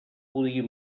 podia